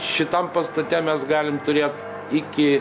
šitam pastate mes galim turėt iki